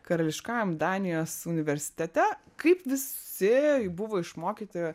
karališkajam danijos universitete kaip visi buvo išmokyti